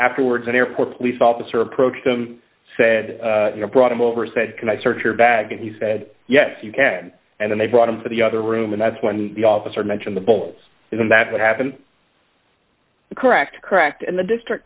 afterwards an airport police officer approached them said you know brought him over said can i search your bag and he said yes you can and then they brought him to the other room and that's when the officer mentioned the bulls isn't that what happened correct correct and the district